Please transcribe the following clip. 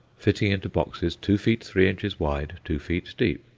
fitting into boxes two feet three inches wide, two feet deep,